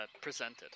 presented